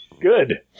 Good